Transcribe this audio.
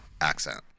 accent